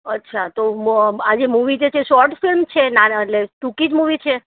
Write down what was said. અચ્છા તો આ જે મૂ મૂવી જે છે એ શોર્ટ ફિલ્મ છે ના એટલે ટૂંકી જ મૂવી છે